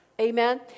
Amen